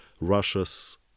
Russia's